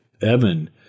Evan